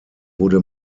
wurde